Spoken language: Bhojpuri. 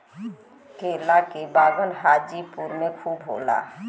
केला के बगान हाजीपुर में खूब होला